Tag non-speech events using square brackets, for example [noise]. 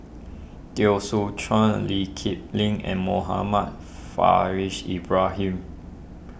Teo Soon Chuan Lee Kip Lin and Muhammad [unintelligible] Ibrahim